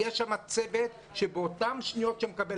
יהיה שם צוות באותן שניות שהוא מקבל